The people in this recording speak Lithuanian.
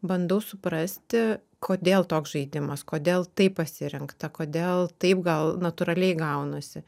bandau suprasti kodėl toks žaidimas kodėl taip pasirinkta kodėl taip gal natūraliai gaunasi